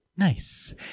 nice